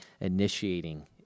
initiating